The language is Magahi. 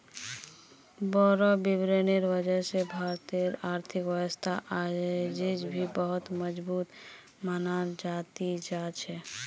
बोड़ो विद्वानेर वजह स भारतेर आर्थिक व्यवस्था अयेज भी बहुत मजबूत मनाल जा ती जा छ